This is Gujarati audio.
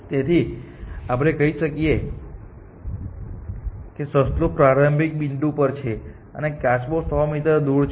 તેથી આપણે કહી શકીએ કે સસલું પ્રારંભિક બિંદુ પર છે અને કાચબો 100 મીટર દૂર છે